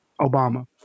Obama